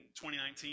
2019